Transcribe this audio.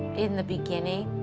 in the beginning,